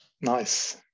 Nice